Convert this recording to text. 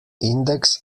index